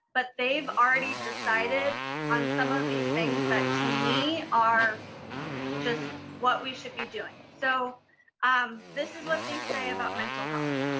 but they've already decided on some of these things that to me are just what we should be doing. so um this is what they say about mental health.